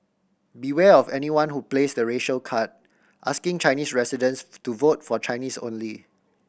beware of anyone who plays the racial card asking Chinese residents to vote for Chinese only